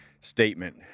statement